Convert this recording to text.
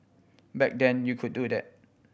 back then you could do that